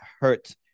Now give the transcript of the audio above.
hurt